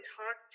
talk